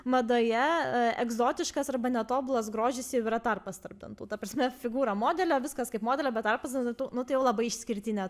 madoje e egzotiškas arba netobulas grožis jau yra tarpas tarp dantų ta prasme figūra modelio viskas kaip modelio bet tarpas tarp dantų nu tai jau labai išskirtinė